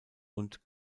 und